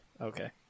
Okay